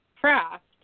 craft